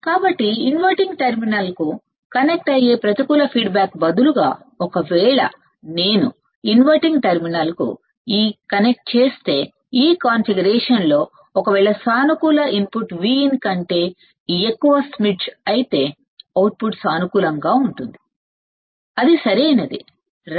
కాబట్టి inverting terminal కు connect అయ్యే ప్రతికూల ఫీడ్బ్యాక్ బదులుగాఒకవేళ నేను నాన్ ఇన్వర్టింగ్ టెర్మినల్ కుఈ అమరికలో కనెక్ట్ చేస్తే ఒకవేళ సానుకూల ఇన్పుట్ Vin కంటే ఎక్కువ అయితే అవుట్పుట్ సానుకూలంగా ఉంటుందిఇది సరైనది సరే